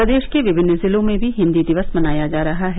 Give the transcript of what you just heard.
प्रदेश के विभिन्न जिलों में भी हिन्दी दिवस मनाया जा रहा है